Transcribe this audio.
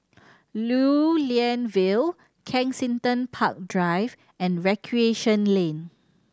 Lew Lian Vale Kensington Park Drive and Recreation Lane